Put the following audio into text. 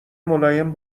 ملایم